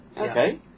Okay